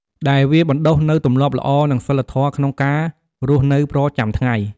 ដែលវាបណ្តុះនូវទម្លាប់ល្អ និងសីលធម៌ក្នុងការរស់នៅប្រចាំថ្ងៃ។